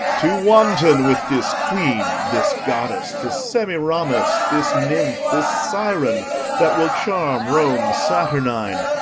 to wanton with this queen, this goddess, this semiramis, this nymph, this siren that will charm rome's saturnine,